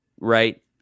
right